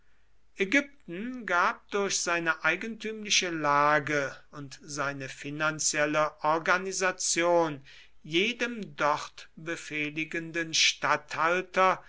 ägypten gab durch seine eigentümliche lage und seine finanzielle organisation jedem dort befehligenden statthalter